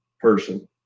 person